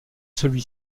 celui